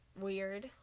weird